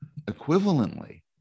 Equivalently